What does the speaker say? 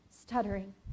stuttering